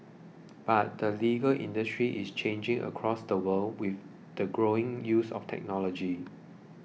but the legal industry is changing across the world with the growing use of technology